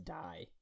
die